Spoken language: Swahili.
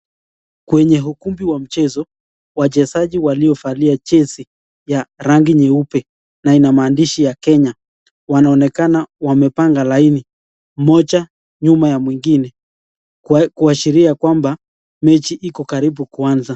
Kwenye ukumbi wa mchezo, wachezaji waliovalia jezi ya rangi nyeupe na ina maandishi ya "Kenya". Wanaonekana wamepanga laini, mmoja nyuma ya mwingine kuashiria ya kwamba mechi iko karibu kuanza.